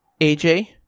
AJ